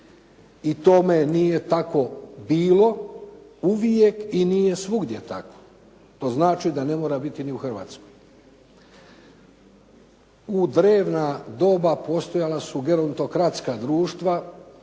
i tome nije tako bilo uvijek i nije svugdje tako. To znači da ne mora biti ni u Hrvatskoj. U drevna doba postojala su gerontokratska društva